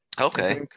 okay